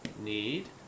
Need